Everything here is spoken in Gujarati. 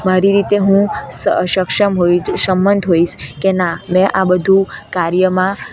મારી રીતે હું સ સક્ષમ હોઈશ સમંત હોઈશ કે ના મેં આ બધુ કાર્યમાં